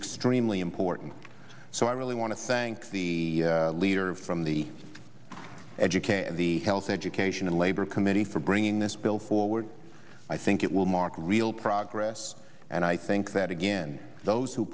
extremely important so i really want to thank the leader from the education and the health education and labor committee for bringing this bill forward i think it will mark real progress and i think that again those who